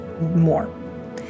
more